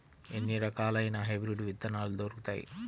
ఎన్ని రకాలయిన హైబ్రిడ్ విత్తనాలు దొరుకుతాయి?